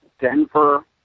Denver